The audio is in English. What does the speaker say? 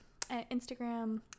Instagram